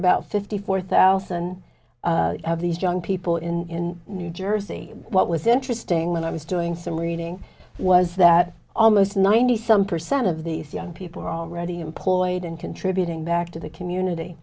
about fifty four thousand of these young people in new jersey what was interesting when i was doing some reading was that almost ninety some percent of the young people are already employed and contributing back to the community